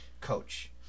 Coach